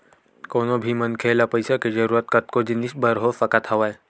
कोनो भी मनखे ल पइसा के जरुरत कतको जिनिस बर हो सकत हवय